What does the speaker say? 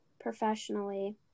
professionally